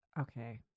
Okay